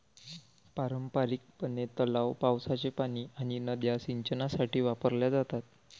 पारंपारिकपणे, तलाव, पावसाचे पाणी आणि नद्या सिंचनासाठी वापरल्या जातात